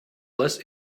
less